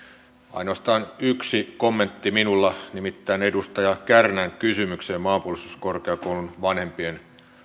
ainoastaan yksi kommentti nimittäin edustaja kärnän kysymykseen maanpuolustuskorkeakoulun vanhempien